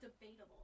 debatable